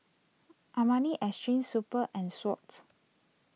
Armani Exchange Super and Swatch